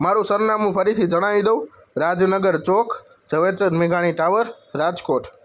મારું સરનામું ફરીથી જણાવી દઉં રાજનગર ચોક ઝવેરચંદ મેઘાણી ટાવર રાજકોટ